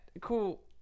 cool